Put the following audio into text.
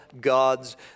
God's